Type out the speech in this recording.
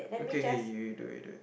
okay kay you do it you do it